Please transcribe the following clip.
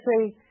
say